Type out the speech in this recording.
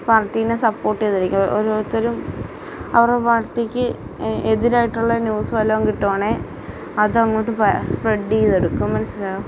പാര്ട്ടീനെ support ചെയ്തിരിക്കും ഓരോത്തരും അവരുടെ പാര്ട്ടിക്ക് എതിരായിട്ടുള്ള ന്യൂസ് വല്ലതും കിട്ടുവാണേൽ അതങ്ങോട്ട് സ്പ്രെഡ് ചെയ്തെടുക്കും മനസ്സിലായോ